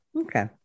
Okay